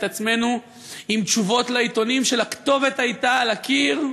עצמנו עם תשובות לעיתונים שהכתובת הייתה על הקיר,